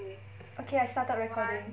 okay I started recording